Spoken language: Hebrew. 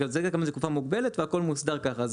זה גם לתקופה מוגבלת והכל מוסדר ככה,